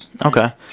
Okay